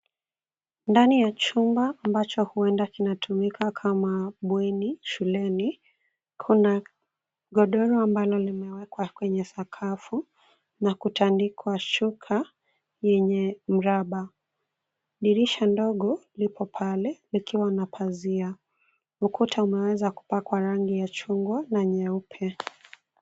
Ndani ya chumba ambacho huenda kinatumika kama bweni shuleni, kuna godoro ambalo limewekwa kwenye sakafu na kutandikwa shuka yenye mraba. Dirisha ndogo lipo pale likiwa na pazia. Ukuta umeweza kupakwa rangi ya chungwa na nyeupe.